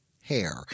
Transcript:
hair